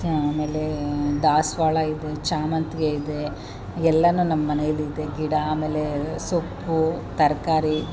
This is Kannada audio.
ಆಮೇಲೇ ದಾಸವಾಳ ಇದೆ ಸೇವಂತ್ಗೆ ಇದೇ ಎಲ್ಲವೂ ನಮ್ಮ ಮನೇಲಿದೆ ಗಿಡ ಆಮೇಲೇ ಸೊಪ್ಪು ತರಕಾರಿ